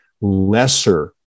lesser